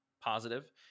positive